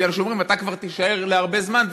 כי אומרים: אתה כבר תישאר להרבה זמן,